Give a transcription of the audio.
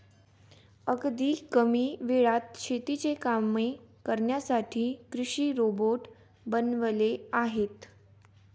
अगदी कमी वेळात शेतीची कामे करण्यासाठी कृषी रोबोट बनवले आहेत